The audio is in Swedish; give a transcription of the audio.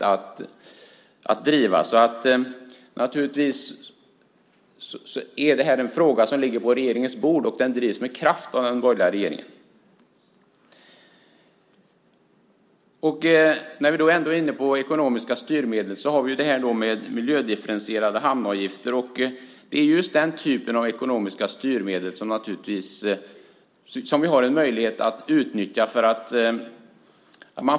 Detta är naturligtvis en fråga som ligger på regeringens bord, och den drivs med kraft av den borgerliga regeringen. När jag ändå är inne på ekonomiska styrmedel kan jag nämna miljödifferentierade hamnavgifter. Det är just den typen av ekonomiska styrmedel som vi har möjlighet att utnyttja.